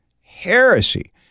heresy